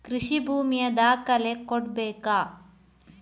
ಕೃಷಿ ಭೂಮಿಯ ದಾಖಲೆ ಕೊಡ್ಬೇಕಾ?